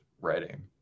writing